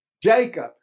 Jacob